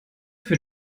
für